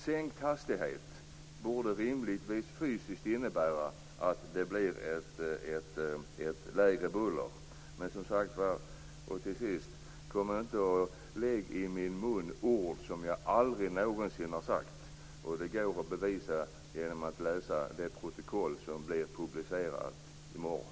Sänkt hastighet borde fysiskt innebära lägre buller. Lägg inte ord i min mun som jag aldrig sagt. Det går att bevisa genom att läsa det protokoll som publiceras i morgon.